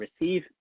receive